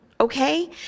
okay